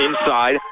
inside